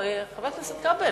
חבר הכנסת זאב,